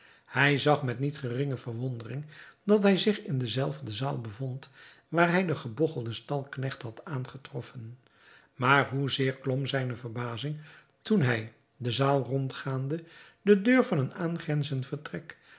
hij zag met niet geringe verwondering dat hij zich in de zelfde zaal bevond waar hij den gebogchelden stalknecht had aangetroffen maar hoe zeer klom zijne verbazing toen hij de zaal rondgaande de deur van een aangrenzend vertrek